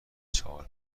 چهار